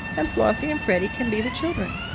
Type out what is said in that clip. and flossie and freddie can be the children.